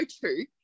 two